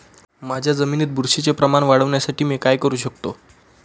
माझ्या जमिनीत बुरशीचे प्रमाण वाढवण्यासाठी मी काय करू शकतो?